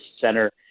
center